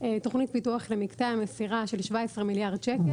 תכנית פיתוח למקטע המסירה של 17 מיליארד ₪.